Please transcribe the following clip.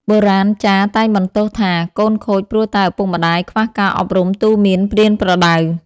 បុរាណាចារ្យតែងបន្ទោសថា កូនខូចព្រោះតែឪពុកម្ដាយខ្វះការអប់រំទូន្មានប្រៀនប្រដៅ ។